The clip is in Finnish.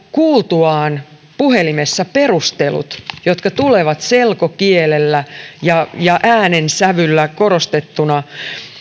kuultuaan puhelimessa perustelut jotka tulevat selkokielellä ja ja äänensävyllä korostettuina